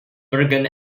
bergen